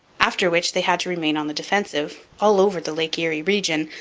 after which they had to remain on the defensive, all over the lake erie region,